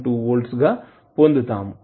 972 volts గా పొందుతాము